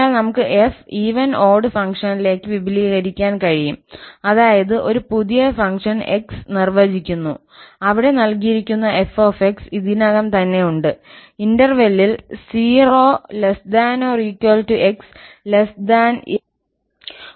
അതിനാൽ നമുക്ക് 𝑓 even odd ഫംഗ്ഷനിലേക്ക് വിപുലീകരിക്കാൻ കഴിയും അതായത് ഒരു പുതിയ ഫംഗ്ഷൻ 𝑥 നിർവ്വചിക്കുന്നു അവിടെ നൽകിയിരിക്കുന്ന 𝑓𝑥 ഇതിനകം തന്നെ ഉണ്ട് ഇന്റർവെൽ യിൽ 0 ≤ 𝑥 𝐿